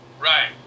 Right